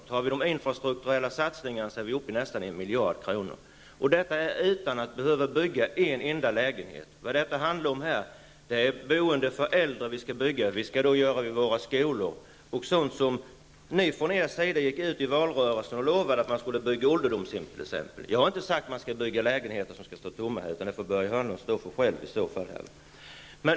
Tar vi med de infrastrukturella satsningarna är vi uppe i nästan 1 miljard kronor, detta utan att behöva bygga en enda lägenhet. Vad det här handlar om är att bygga bostäder för äldre, att göra vid våra skolor, att bygga sådant som ni från er sida gick ut i valrörelsen och lovade, t.ex. ålderdomshem. Jag har inte sagt att man skall bygga lägenheter som skall stå tomma -- det får Börje Hörnlund stå för själv.